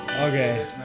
Okay